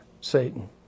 Satan